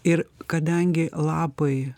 ir kadangi lapai